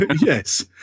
Yes